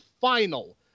final